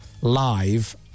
live